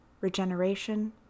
regeneration